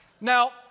Now